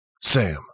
Sam